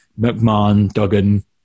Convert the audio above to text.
McMahon-Duggan